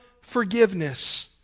forgiveness